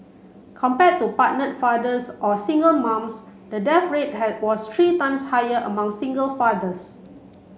compared to partnered fathers or single moms the death rate was three times higher among single fathers